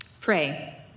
Pray